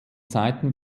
zeiten